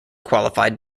qualified